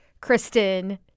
Kristen